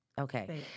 Okay